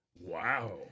Wow